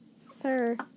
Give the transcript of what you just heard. sir